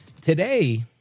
today